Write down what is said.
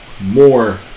more